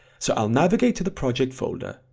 so i'll navigate to the project folder,